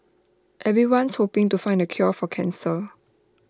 everyone's hoping to find the cure for cancer